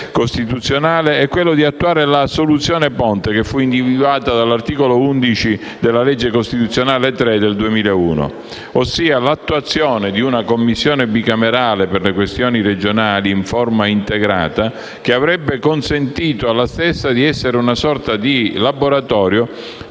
costituzionale, è quello di attuare la soluzione ponte che fu individuata nell'articolo 11 della legge costituzionale n. 3 del 2001, ossia l'attuazione di una Commissione bicamerale per le questioni regionali in forma integrata, che avrebbe consentito alla stessa di essere una sorta di laboratorio